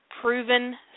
proven